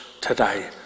today